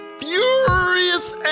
furious